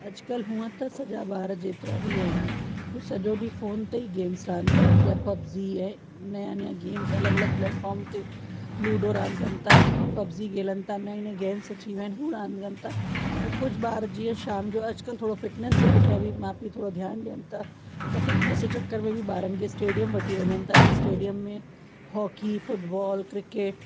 अॼुकल्ह हूंअं त सॼा ॿार जेतिरा बि आहिनि हू सॼो ॾींहुं फ़ोन ते ई गेम्स रांदि करणु पिया पबज़ी ऐं नया नया गेम्स अलॻि अलॻि प्लेटफॉर्म ते लूडो रांदि कनि था पबज़ी खेलनि था नईं नईं गेम्स अची वई आहिनि हू रांदि कनि था ऐं कुझु ॿार जीअं शाम जो अॼुकल्ह थोरो फिटनस जे पुठियां बि माउ पीउ थोरो ध्यानु ॾियनि था त फिटनस जे चक्कर में बि ॿारनि खे स्टेडियम वठी वञनि था त स्टेडियम में हॉकी फ़ुटबॉल क्रिकेट